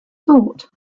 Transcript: sort